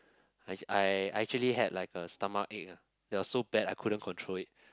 I ac~ I I actually had like a stomachache ah that was so bad I couldn't control it